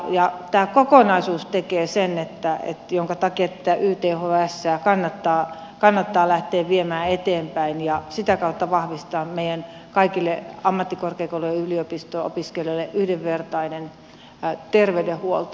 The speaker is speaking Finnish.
tämä kokonaisuus tekee sen minkä takia tätä ythsää kannattaa lähteä viemään eteenpäin ja sitä kautta vahvistaa meidän kaikille ammattikorkeakoulu ja yliopisto opiskelijoille yhdenvertainen terveydenhuolto